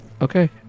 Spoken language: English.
Okay